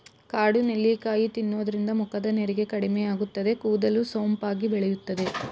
ಕಾಡು ನೆಲ್ಲಿಕಾಯಿ ತಿನ್ನೋದ್ರಿಂದ ಮುಖದ ನೆರಿಗೆ ಕಡಿಮೆಯಾಗುತ್ತದೆ, ಕೂದಲು ಸೊಂಪಾಗಿ ಬೆಳೆಯುತ್ತದೆ